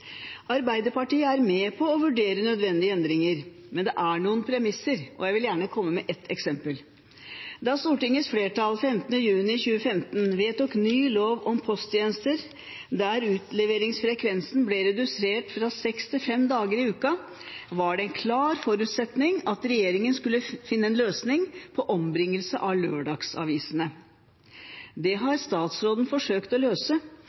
Arbeiderpartiet er med på å vurdere nødvendige endringer, men det er noen premisser, og jeg vil gjerne komme med et eksempel. Da Stortingets flertall den 15. juni 2015 vedtok ny lov om posttjenester, der utleveringsfrekvensen ble redusert fra seks til fem dager i uka, var det en klar forutsetning at regjeringen skulle finne en løsning på ombringelse av lørdagsavisene. Det har statsråden forsøkt å løse